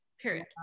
period